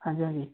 ਹਾਂਜੀ ਹਾਂਜੀ